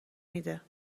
میده